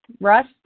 Russ